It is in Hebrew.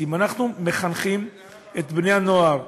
אם אנחנו מחנכים את בני-הנוער,